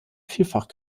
vielfach